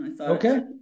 Okay